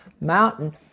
mountain